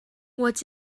what